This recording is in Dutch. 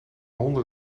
honden